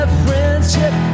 friendship